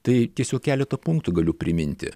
tai tiesiog keletą punktų galiu priminti